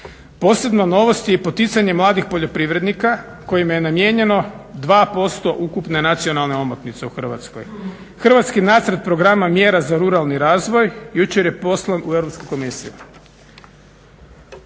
Posebna novost je i poticanje mladih poljoprivrednika kojima je namijenjeno 2% ukupne nacionalne omotnice u Hrvatskoj. Hrvatski nacrt programa mjera za ruralni razvoj jučer je poslan u Europsku komisiju.